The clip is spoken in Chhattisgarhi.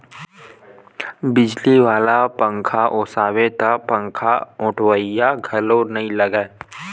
बिजली वाला पंखाम ओसाबे त पंखाओटइया घलोक नइ लागय